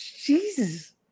Jesus